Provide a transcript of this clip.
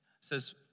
says